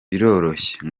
biroroshye